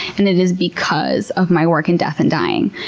and it is because of my work in death and dying.